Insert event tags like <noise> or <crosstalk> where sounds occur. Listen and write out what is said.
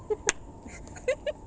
<laughs>